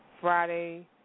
Friday